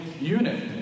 unit